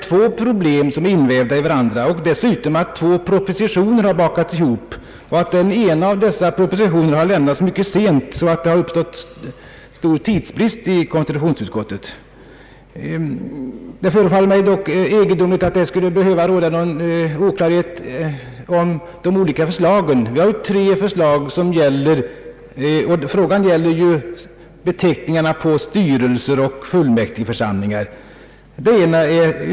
Två problem är invävda i varandra, två propositioner har bakats ihop och den ena av dessa propositioner har lämnats mycket sent så att det har uppstått stor tidsbrist i konstitutionsutskottet. Det förefaller mig dock egendomligt att det skulle behöva råda någon oklarhet om de olika förslagen. Vi har tre förslag, och frågan gäller beteckningarna på styrelser och fullmäktigeförsamlingar.